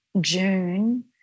June